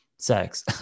sex